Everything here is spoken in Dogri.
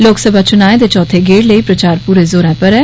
लोकसभा चुनाएं दे चौथे गेड़ लेई प्रचार पूरे जोरें पर ऐ